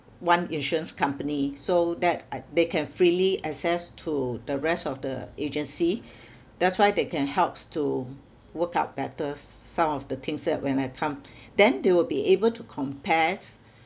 one insurance company so that I they can freely access to the rest of the agency that's why they can helps to work out better s~ some of the things that when I come then they will be able to compares